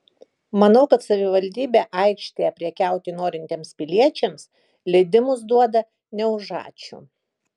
manau kad savivaldybė aikštėje prekiauti norintiems piliečiams leidimus duoda ne už ačiū